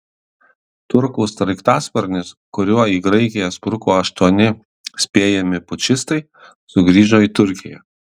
turkų sraigtasparnis kuriuo į graikiją spruko aštuoni spėjami pučistai sugrįžo į turkiją